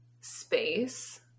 space